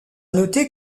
noter